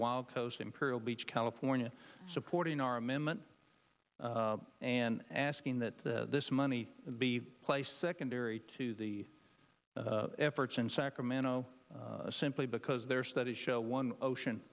while coast imperial beach california supporting our amendment and asking that this money be placed secondary to the efforts in sacramento simply because their studies show one ocean